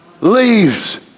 leaves